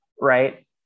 right